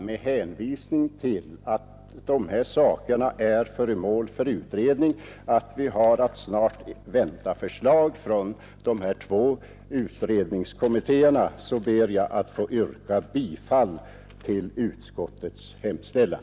Med hänvisning till att dessa frågor är föremål för utredning och vi snart har att vänta förslag från dessa två utredningskommittéer ber jag att få yrka bifall till utskottets hemställan.